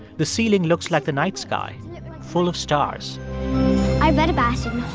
the ceiling looks like the night sky full of stars i read about